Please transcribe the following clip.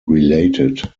related